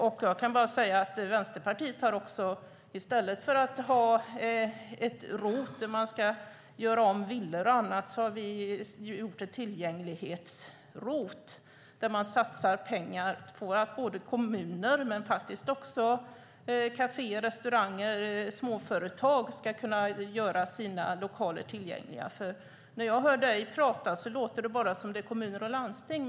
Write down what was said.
Vänsterpartiet har föreslagit att i stället för ROT för att göra om villor skapa ett tillgänglighets-ROT där pengar satsas för att få kommuner och även kaféer, restauranger och småföretag att göra sina lokaler tillgängliga. När jag hör Margareta tala låter det som att det bara handlar om kommuner och landsting.